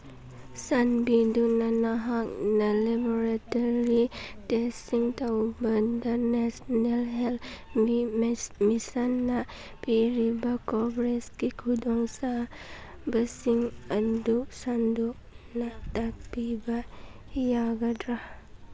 ꯆꯥꯟꯕꯤꯗꯨꯅ ꯅꯍꯥꯛꯅ ꯂꯦꯕꯣꯔꯦꯇꯔꯤ ꯇꯦꯁꯁꯤꯡ ꯇꯧꯕꯗ ꯅꯦꯁꯅꯦꯜ ꯍꯦꯜꯠ ꯃꯤꯁꯟꯅ ꯄꯤꯔꯤꯕ ꯀꯣꯕꯔꯦꯖꯀꯤ ꯈꯨꯗꯣꯡꯆꯥꯕꯁꯤꯡ ꯑꯗꯨ ꯁꯟꯗꯣꯛꯅ ꯇꯥꯛꯄꯤꯕ ꯌꯥꯒꯗ꯭ꯔꯥ